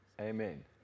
Amen